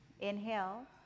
Inhale